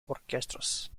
orchestras